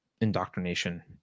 indoctrination